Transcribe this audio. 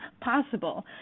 possible